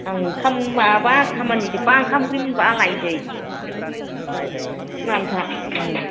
आं ओंखाम माबाबा खामानि जोब्बा ओंखाम ओंख्रि मोनबा आं लायसै नानै था